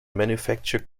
manufacture